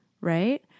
right